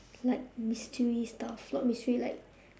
like mystery stuff not mystery like